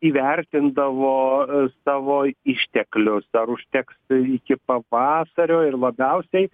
įvertindavo savo išteklius ar užteks iki pavasario ir labiausiai